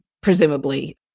presumably